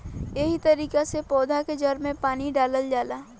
एहे तरिका से पौधा के जड़ में पानी डालल जाला